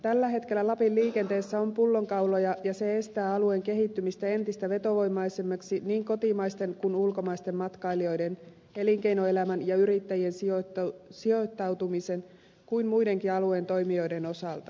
tällä hetkellä lapin liikenteessä on pullonkauloja ja se estää alueen kehittymistä entistä vetovoimaisemmaksi niin kotimaisten kuin ulkomaisten matkailijoiden elinkeinoelämän ja yrittäjien sijoittautumisen kuin muidenkin alueen toimijoiden osalta